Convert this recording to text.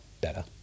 better